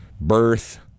Birth